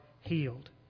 healed